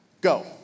Go